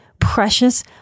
precious